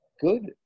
Good